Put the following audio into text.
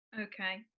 okay